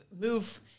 move